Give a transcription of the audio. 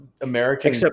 american